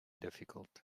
difficult